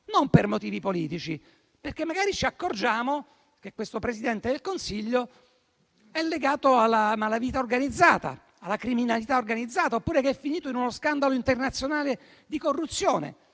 non per motivi politici, ma perché magari ci accorgiamo che questo Presidente del Consiglio è legato alla malavita, alla criminalità organizzata oppure che è finito in uno scandalo internazionale di corruzione